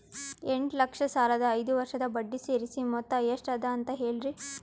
ಎಂಟ ಲಕ್ಷ ಸಾಲದ ಐದು ವರ್ಷದ ಬಡ್ಡಿ ಸೇರಿಸಿ ಮೊತ್ತ ಎಷ್ಟ ಅದ ಅಂತ ಹೇಳರಿ?